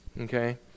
Okay